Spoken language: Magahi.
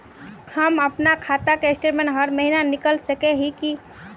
हम अपना खाता के स्टेटमेंट हर महीना निकल सके है की?